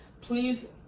Please